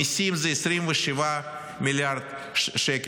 מיסים זה 27 מיליארד שקלים.